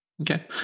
Okay